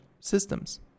systems